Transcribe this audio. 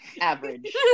Average